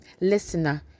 listener